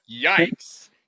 yikes